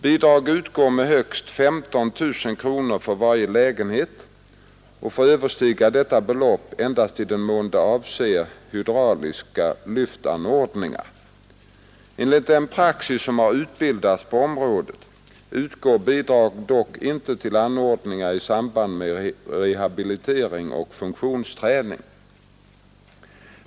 Bidrag utgår med högst 15 000 kronor för varje lägenhet och får överstiga detta belopp endast i den mån det avser hydraulisk lyftanordning. Enligt den praxis som har utbildats på området utgår bidrag dock inte för anordningar i samband med rehabilitering och funktionsträning.